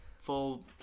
full